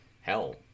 hell